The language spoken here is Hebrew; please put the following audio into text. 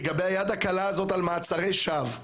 לגבי היד הקלה הזאת של מעצרי שווא,